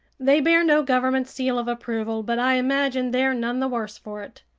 they bear no government seal of approval, but i imagine they're none the worse for it.